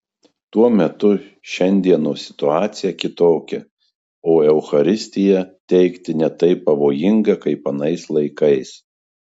tuo metu šiandienos situacija kitokia o eucharistiją teikti ne taip pavojinga kaip anais laikais